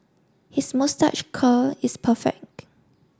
his moustache curl is perfect